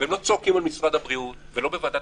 והם לא צועקים למשרד הבריאות ולא בוועדת